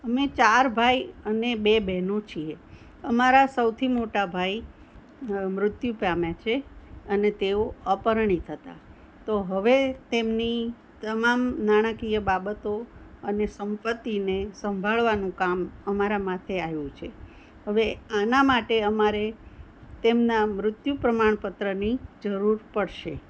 અમે ચાર ભાઈ અને બે બહેનો છીએ અમારા સૌથી મોટા ભાઈ મુત્યુ પામ્યા છે અને તેઓ અપરણિત હતા તો હવે તેમની તમામ નાણાકીય બાબતો અને સંપત્તિને સંભાળવાનું કામ અમારા માથે આવ્યું છે હવે આના માટે અમારે તેમના મુત્યુ પ્રમાણપત્રની જરૂર પડશે